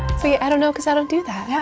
see, i don't know cause i don't do that. yeah